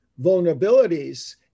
vulnerabilities